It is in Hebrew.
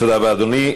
תודה רבה, אדוני.